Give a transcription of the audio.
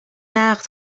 نقد